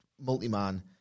multi-man